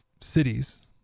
cities